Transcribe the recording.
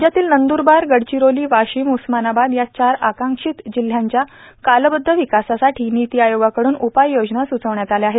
राज्यातील नंदुरबार गडचिरोली वाशिम उस्मानाबाद या चार आकांक्षित जिल्ह्यांच्या कालबद्ध विकासासाठी नीती आयोगाकडून उपाययोजना सूचविण्यात आल्या आहेत